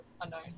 unknown